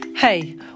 Hey